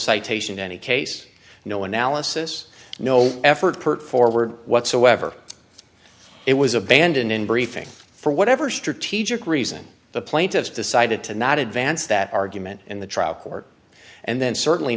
citation any case no analysis no effort per forward whatsoever it was abandoned in briefing for whatever strategic reason the plaintiffs decided to not advance that argument in the trial court and then certainly